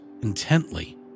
intently